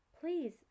please